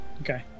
Okay